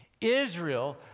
Israel